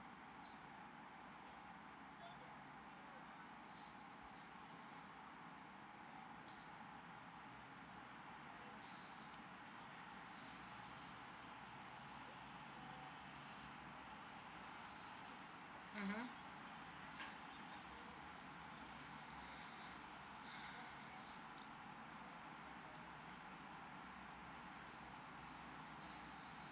mmhmm